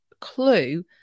clue